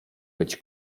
być